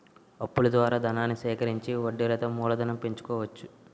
అప్పుల ద్వారా ధనాన్ని సేకరించి వడ్డీలతో మూలధనం పెంచుకోవచ్చు